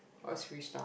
where should we stop